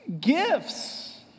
Gifts